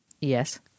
Yes